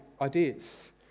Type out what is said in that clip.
ideas